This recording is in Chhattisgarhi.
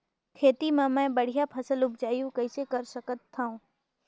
खेती म मै बढ़िया फसल उपजाऊ कइसे कर सकत थव?